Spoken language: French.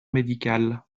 médicale